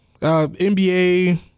NBA